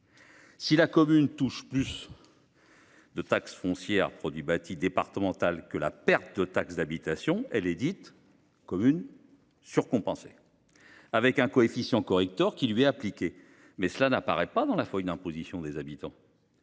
Si la commune touche plus de taxe foncière sur les propriétés bâties « départementale » qu’elle ne « perd » de taxe d’habitation, elle est dite « commune surcompensée », et un coefficient correcteur lui est appliqué. Mais cela n’apparaît pas dans la feuille d’imposition des habitants.